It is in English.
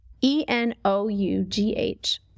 E-N-O-U-G-H